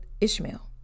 Ishmael